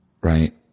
right